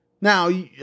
Now